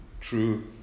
true